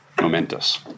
momentous